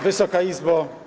Wysoka Izbo!